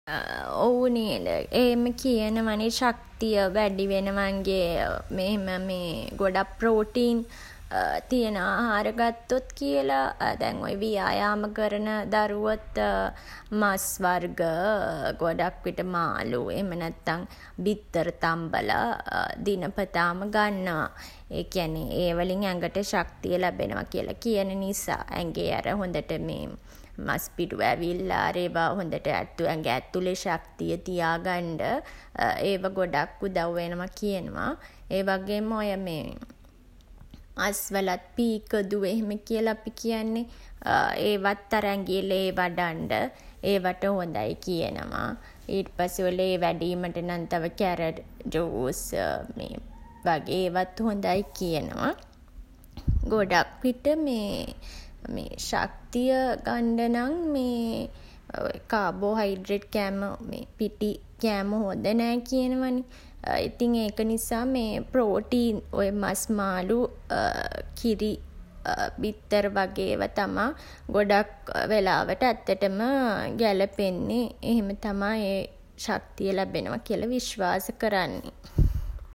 ඔව් නේද? එහෙම කියනවා නේ. ශක්තිය වැඩි වෙනවා ඇඟේ මෙහෙම ගොඩක් ප්‍රෝටීන් තියන ආහාර ගත්තොත් කියලා. දැන් ඔය ව්‍යායාම කරන දරුවොත් මස් වර්ග, ගොඩක්විට මාළු එහෙම නැත්තන් බිත්තර තම්බලා දිනපතාම ගන්නවා. ඒ කියන්නේ ඒ වලින් ඇඟට ශක්තිය ලැබෙනවා කියලා කියන නිසා. ඇඟේ අර හොඳට මස් පිඩු ඇවිල්ලා අර ඒවා හොඳට ඇඟ ඇතුලේ ශක්තිය තියාගන්ඩ ඒවා ගොඩක් උදව් වෙනවා කියනවා. ඒ වගේම ඔය මේ මස් වලත් පීකදු එහෙම කියලා අපි කියන්නේ. ඒවත් අර ඇඟේ ලේ වඩන්න ඒවට හොඳයි කියනවා. ඊට පස්සේ ඔය ලේ වැඩීමට නම් තව කැරට් ජූස් වගේ ඒවත් හොඳයි කියනවා. ගොඩක් විට ශක්තිය ගන්ඩ නම් කාබෝහයිඩ්රේට් කෑම පිටි කෑම හොඳ නෑ කියනවා නේ. ඉතින් ඒක නිසා ප්‍රෝටීන් ඔය මස් මාළු කිරි බිත්තර වගේ ඒවා තමා ගොඩක් වෙලාවට ඇත්තටම ගැලපෙන්නේ. එහෙම තමා ඒ ශක්තිය ලැබෙනවා කියලා විශ්වාස කරන්නේ.